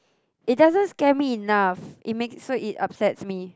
it doesn't scare me enough it make so it upsets me